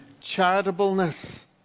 charitableness